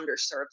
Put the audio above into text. underserved